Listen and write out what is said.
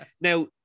Now